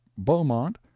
beaumont,